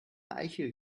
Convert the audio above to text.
eichel